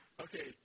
Okay